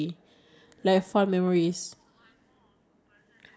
what are some fun ones to look up